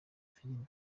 filime